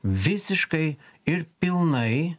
visiškai ir pilnai